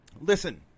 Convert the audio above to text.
listen